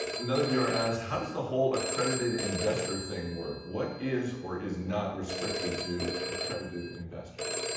another viewer asks, how does the whole accredited investor thing work? what is or is not restricted to accredited investors?